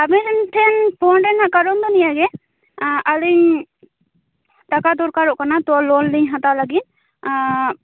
ᱟᱵᱮᱱ ᱴᱷᱮᱱ ᱯᱷᱳᱱ ᱨᱮᱱᱟ ᱠᱟᱨᱚᱱ ᱫᱚ ᱱᱤᱭᱟᱹ ᱜᱮ ᱟᱹᱞᱤᱧ ᱴᱟᱠᱟ ᱫᱚᱨᱠᱟᱨᱚᱜ ᱠᱟᱱᱟ ᱛᱳ ᱞᱳᱱ ᱞᱤᱧ ᱦᱟᱛᱟᱣ ᱞᱟᱹᱜᱤᱫ